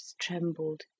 trembled